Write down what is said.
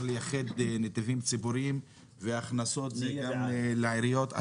לייחד נתיבים ציבוריים והכנסות לעיריות,